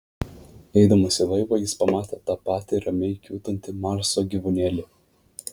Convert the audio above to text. eidamas į laivą jis pamatė tą patį ramiai kiūtantį marso gyvūnėlį